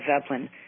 Zeppelin